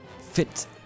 fit